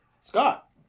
Scott